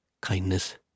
Kindness